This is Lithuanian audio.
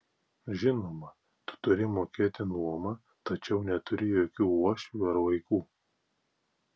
žinoma tu turi mokėti nuomą tačiau neturi jokių uošvių ar vaikų